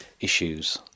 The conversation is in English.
issues